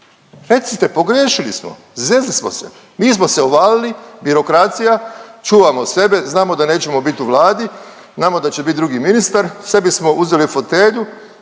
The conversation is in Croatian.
Recite pogriješili smo, zezli smo se, mi smo se uvalili, birokracija, čuvamo sebe, znamo da nećemo bit u Vladi, znamo da će bit drugi ministar, sebi smo uzeli fotelju,